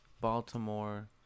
Baltimore